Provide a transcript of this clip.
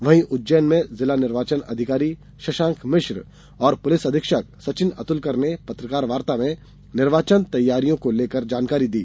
वहीं उज्जैन में जिला निर्वाचन अधिकारी शशांक मिश्र और पुलिस अधीक्षक सचिन अतुलकर ने पत्रकार वार्ता में निर्वाचन तैयारियों को लेकर जानकारी दी